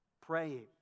praying